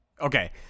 Okay